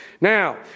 Now